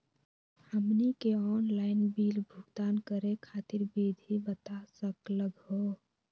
हमनी के online bill भुगतान करे खातीर विधि बता सकलघ हो?